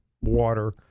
water